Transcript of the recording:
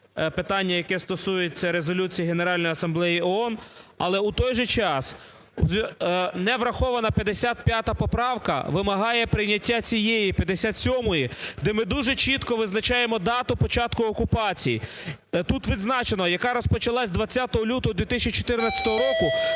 питання, яке стосується Резолюції Генеральної Асамблеї ООН. Але в той же час не врахована 55 поправка вимагає прийняття цієї 57-ї, де ми дуже чітко визначаємо дату початку окупації. Тут відзначено, яка розпочалася 20 лютого 2014 року